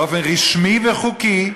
באופן רשמי וחוקי,